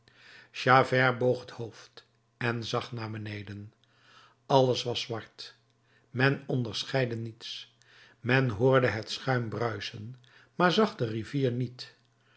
javert boog het hoofd en zag naar beneden alles was zwart men onderscheidde niets men hoorde het schuim bruisen maar zag de rivier niet